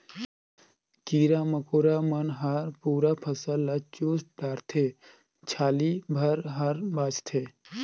कीरा मकोरा मन हर पूरा फसल ल चुस डारथे छाली भर हर बाचथे